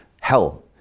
hell